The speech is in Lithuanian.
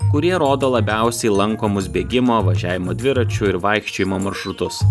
kurie rodo labiausiai lankomus bėgimo važiavimo dviračiu ir vaikščiojimo maršrutus